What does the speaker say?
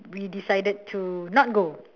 we decided to not go